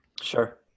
sure